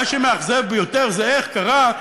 מה שמאכזב ביותר זה איך קרה,